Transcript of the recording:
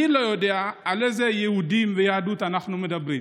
אני לא יודע על איזה יהודים ויהדות אנחנו מדברים.